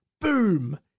Boom